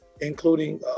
including